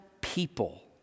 people